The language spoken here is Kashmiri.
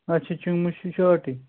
اَچھا چِگمہٕ چھِ شارٹٕے